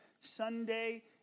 Sunday